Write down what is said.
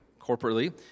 corporately